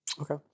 Okay